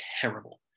terrible